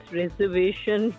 reservation